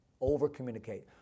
Over-communicate